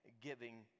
giving